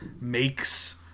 makes